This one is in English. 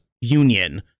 union